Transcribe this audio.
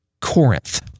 Corinth